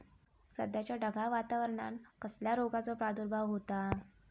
सध्याच्या ढगाळ वातावरणान कसल्या रोगाचो प्रादुर्भाव होता?